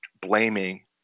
blaming